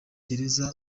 gereza